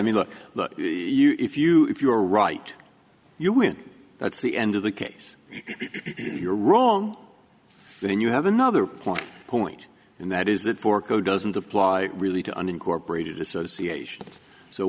look if you if you are right you win that's the end of the case you're wrong then you have another point point and that is that for code doesn't apply really to unincorporated association so